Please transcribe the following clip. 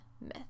myth